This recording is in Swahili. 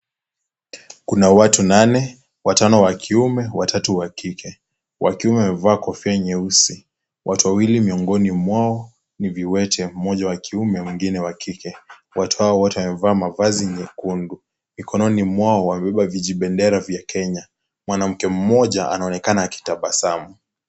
Kuna watu nane, watano wa kiume watatu wa kike. Wa kiume wamevaa kofia nyeusi. Watu wawili miongoni mwao ni viwete, mmoja wa kiume mwengine wa kike. Watu hawa wote wamevaa mavazi nyekundu. Mikononi mwao wamebeba vijibendera vya Kenya. Mwanamke mmoja anaonekana akitabasamu.